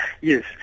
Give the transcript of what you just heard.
yes